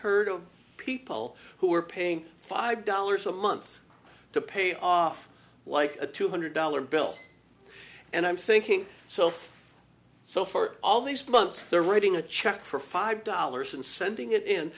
heard of people who are paying five dollars a month to pay off like a two hundred dollars bill and i'm thinking so so for all these months they're writing a check for five dollars and sending it in